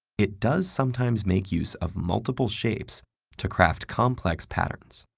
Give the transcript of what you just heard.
it does sometimes make use of multiple shapes to craft complex patterns.